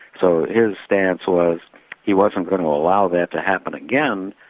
so his stance was he wasn't going to allow that to happen again,